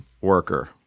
worker